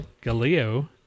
Galileo